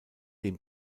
dem